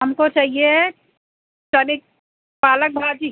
हमको चाहिए तनिक पालक भाजी